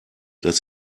dass